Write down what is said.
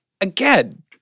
Again